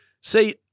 See